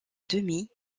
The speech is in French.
demi